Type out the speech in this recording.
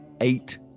eight